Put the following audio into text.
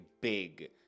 big